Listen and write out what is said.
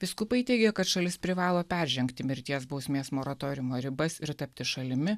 vyskupai teigia kad šalis privalo peržengti mirties bausmės moratoriumo ribas ir tapti šalimi